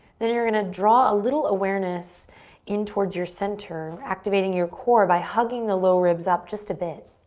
then you're gonna draw a little awareness in towards your center, activating your core by hugging the low ribs up just a bit.